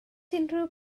unrhyw